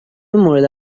مورد